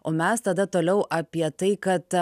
o mes tada toliau apie tai kad